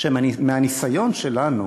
שמהניסיון שלנו